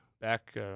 back